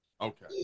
Okay